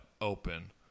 open